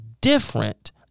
different